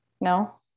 no